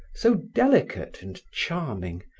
so delicate and charming,